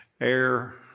air